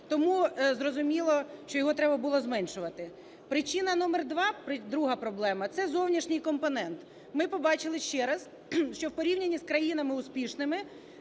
Тому зрозуміло, що його треба було зменшувати. Причина номер два, друга проблема – це зовнішній компонент. Ми побачили ще раз, що в порівнянні з країнами успішними